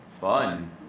Fun